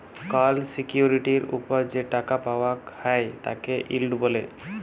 call সিকিউরিটির ওপর যে টাকা পাওয়াক হ্যয় তাকে ইল্ড ব্যলে